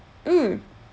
mm